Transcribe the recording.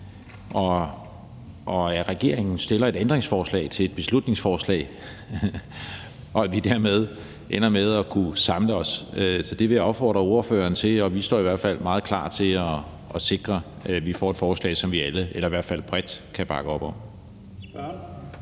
ved at regeringen stiller et ændringsforslag til et beslutningsforslag, og at vi dermed ender med at kunne samle os. Så det vil jeg opfordre ordføreren til, og vi står i hvert fald meget klar til at sikre, at vi får et forslag, som vi alle eller i hvert fald bredt kan bakke op om.